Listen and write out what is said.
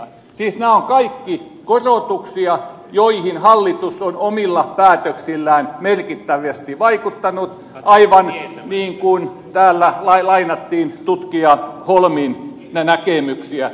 siis nämä ovat kaikki korotuksia joihin hallitus on omilla päätöksillään merkittävästi vaikuttanut aivan niin kuin täällä lainattiin tutkija holmin näkemyksiä